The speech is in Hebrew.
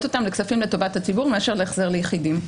לכספים לטובת הציבור מאשר להחזר ליחידים.